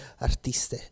artiste